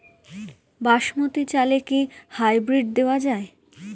বাসমতী চালে কি হাইব্রিড দেওয়া য়ায়?